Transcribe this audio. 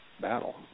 battle